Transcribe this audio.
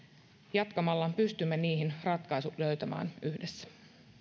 jatkamalla pystymme ratkaisut löytämään yhdessä